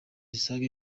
zisaga